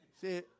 See